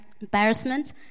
embarrassment